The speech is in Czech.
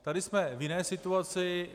Tady jsme v jiné situaci.